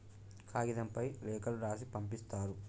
కాగితంపై లేఖలు రాసి పంపిస్తారు